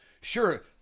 sure